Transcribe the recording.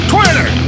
Twitter